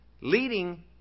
leading